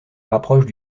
rapproche